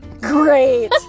Great